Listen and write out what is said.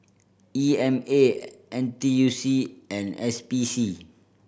E M A N T U C and S P C